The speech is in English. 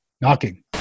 knocking